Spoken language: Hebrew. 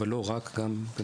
אבל לא רק גם במבוגרים,